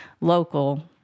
local